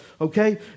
okay